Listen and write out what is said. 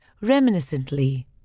Reminiscently